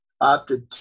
opted